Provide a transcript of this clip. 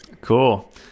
Cool